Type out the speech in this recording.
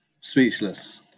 speechless